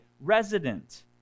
Resident